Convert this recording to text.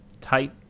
Tight